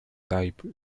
type